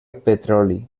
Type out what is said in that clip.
petroli